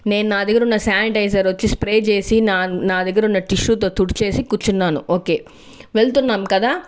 నేను నా దగ్గర ఉన్న శానిటైజర్ వచ్చి స్ప్రే చేసి నా నా దగ్గర ఉన్న టిష్యూతో తుడిచేసి కూర్చున్నాను ఒకే వెళ్తున్నాం కదా